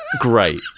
great